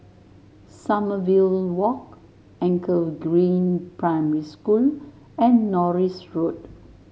Sommerville Walk Anchor Green Primary School and Norris Road